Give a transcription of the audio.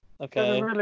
Okay